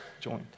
joined